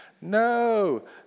No